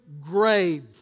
grave